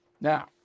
Now